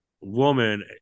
woman